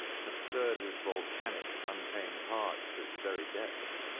had stirred his volcanic, untamed heart to its very depths.